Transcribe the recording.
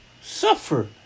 suffer